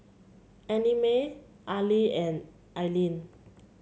Annamae Arlie and Ilene